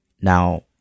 Now